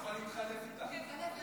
אפשר להעביר אותי